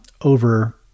over